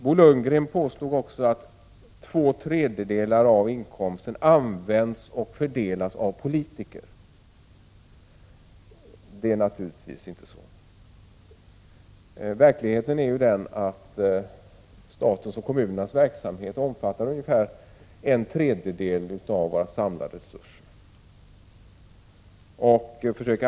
Bo Lundgren påstod att två tredjedelar av inkomsten används och fördelas av politiker. Det är naturligtvis inte sant. Verkligheten är att statens och kommunernas verksamhet omfattar ungefär en tredjedel av våra samlade resurser.